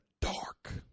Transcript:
dark